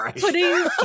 putting